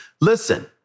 Listen